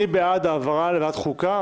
מי בעד העברה לוועדת החוקה?